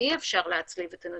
ואי-אפשר להצליב את הנתונים,